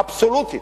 אבסולוטית,